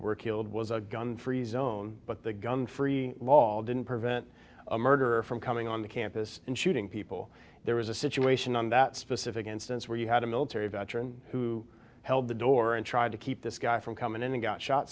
were killed was a gun free zone but the gun free law didn't prevent a murderer from coming on the campus and shooting people there was a situation on that specific instance where you had a military veteran who held the door and tried to keep this guy from coming in and got shot